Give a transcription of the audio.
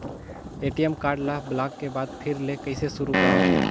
ATM card ल block के बाद फिर ले कइसे शुरू करव?